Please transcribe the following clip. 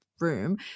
room